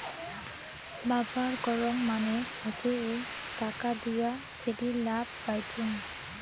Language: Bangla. ব্যাপার করং মানে হসে টাকা দিয়া সেটির লাভ পাইচুঙ